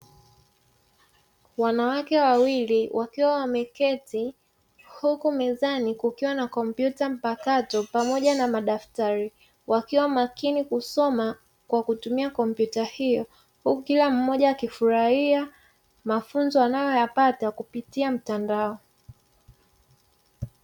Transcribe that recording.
Wanawake wawili wakiwa wameketi huku mezani kukiwa na kompyuta mpakato pamoja na madaftari, wakiwa makini kusoma kwa kutumia kompyuta hiyo huku kila mmoja akifurahia mafunzo anayoyapata kupitia mtandao.